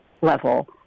level